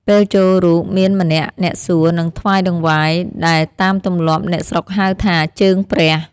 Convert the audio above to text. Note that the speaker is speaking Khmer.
ពេលចូលរូបមានម្នាក់អ្នកសួរ និងថ្វាយតង្វាយ ដែលតាមទម្លាប់អ្នកស្រុកហៅ ថា "ជើងព្រះ” ។